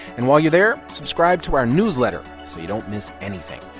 and while you're there, subscribe to our newsletter so you don't miss anything.